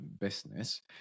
business